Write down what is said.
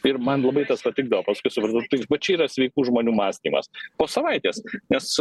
ir man labai tas patikdavo paskui supratau tai vat čia yra sveikų žmonių mąstymas po savaitės nes